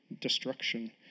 destruction